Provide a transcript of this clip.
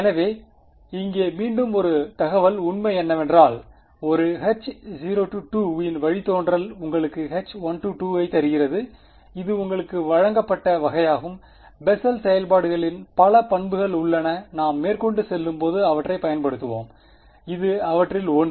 எனவே இங்கே மீண்டும் ஒரு தகவல் உண்மை என்னவென்றால் ஒரு H0 இன் வழித்தோன்றல் உங்களுக்கு H1 தருகிறது இது உங்களுக்கு வழங்கப்பட்ட வகையாகும் பெசல் செயல்பாடுகளின் பல பண்புகள் உள்ளன நாம் மேற்கொண்டு செல்லும்போது அவற்றை பயன்படுத்துவோம் இது அவற்றில் ஒன்று